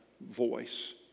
voice